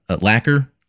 lacquer